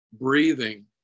breathing